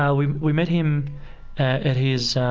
ah we we met him at his